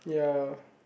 ya